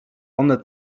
one